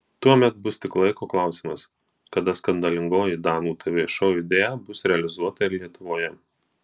tuomet bus tik laiko klausimas kada skandalingoji danų tv šou idėja bus realizuota ir lietuvoje